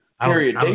period